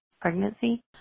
pregnancy